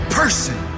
person